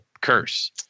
curse